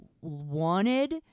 wanted